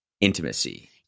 intimacy